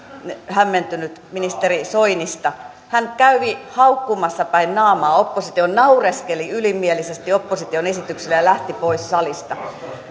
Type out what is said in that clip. hämmentynyt ministeri soinista hän kävi haukkumassa päin naamaa opposition naureskeli ylimielisesti opposition esityksille ja lähti pois salista